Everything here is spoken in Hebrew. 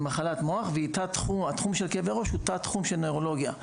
היא מחלת מוח והתחום של כאבי ראש הוא תת-תחום של נוירולוגיה.